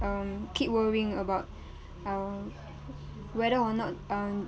um keep worrying about uh whether or not uh